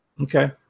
Okay